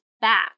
back